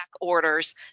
orders